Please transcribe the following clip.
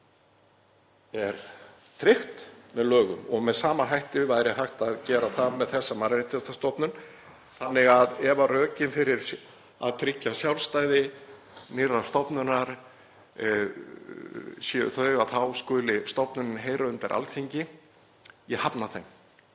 er tryggt með lögum. Með sama hætti væri hægt að gera það með þessa mannréttindastofnun þannig að ef rökin fyrir að tryggja sjálfstæði nýrrar stofnunar eru þau að þá skuli stofnunin heyra undir Alþingi, þá hafna ég þeim.